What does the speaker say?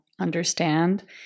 understand